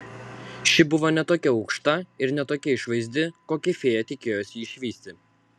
ši buvo ne tokia aukšta ir ne tokia išvaizdi kokią fėja tikėjosi išvysti